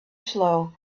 slow